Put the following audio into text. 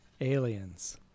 Aliens